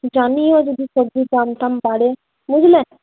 জানিও যদি সবজি দাম টাম বাড়ে বুঝলেন